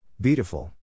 Beautiful